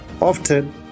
Often